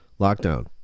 lockdown